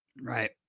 Right